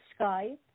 Skype